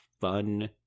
fun